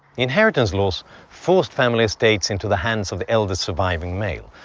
inheritance laws forced family estates into the hands of eldest surviving male,